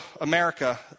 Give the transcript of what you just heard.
America